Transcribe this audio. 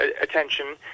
attention